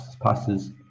passes